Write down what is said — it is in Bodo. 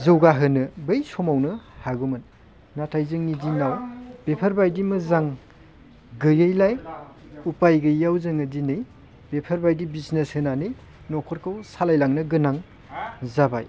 जौगाहोनो बै समावनो हागौमोन नाथाय जोंनि दिनाव बेफोरबायदि मोजां गैयैलाय उफाय गैयियाव जोङो दिनै बेफोरबायदि बिजनेस होनानै न'खरखौ सालायलांनो गोनां जाबाय